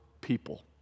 people